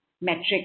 metric